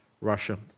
Russia